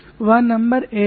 वह नंबर एक है